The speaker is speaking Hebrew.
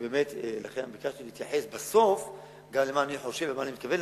לכן ביקשתי להתייחס בסוף גם למה שאני חושב ומה אני מתכוון לעשות.